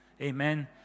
Amen